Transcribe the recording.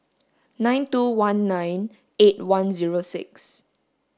nine two one nine eight one zero six